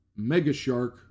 Megashark